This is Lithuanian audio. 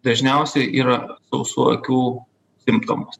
dažniausiai yra sausų akių simptomas